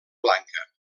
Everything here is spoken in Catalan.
blanca